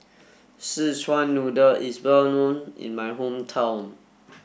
Szechuan Noodle is well known in my hometown